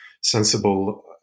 sensible